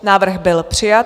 Návrh byl přijat.